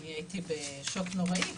אני הייתי בשוק נוראי,